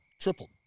tripled